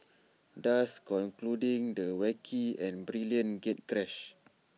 thus concluding the wacky and brilliant gatecrash